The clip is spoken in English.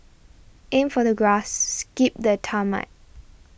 aim for the grass skip the tarmac